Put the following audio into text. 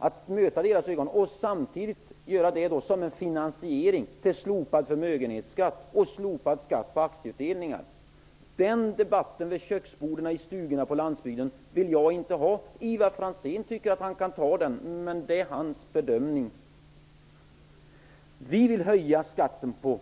Jag kan inte möta deras ögon och samtidigt slopa förmögenhetsskatten, skatten på aktieutdelningar och finansiera det med höjd bensinskatt. En debatt om det vid köksborden i stugorna på landsbygden vill jag inte ha. Ivar Franzén tycker att han kan ta den, men det är hans bedömning. Vi vill höja skatten på